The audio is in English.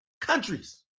countries